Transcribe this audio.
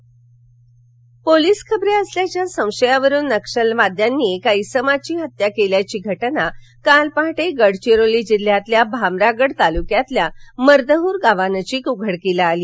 Gadchiroli police खबऱ्या असल्याच्या संशयावरुन नक्षल्यांनी एका इसमाची हत्या केल्याची घटना काल पहाटे गडचिरोली जिल्ह्यातील भामरागड तालुक्यात मर्दहूर गावानजीक उघडकीस आली